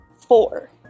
Four